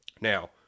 Now